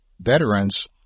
veterans